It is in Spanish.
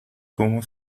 cómo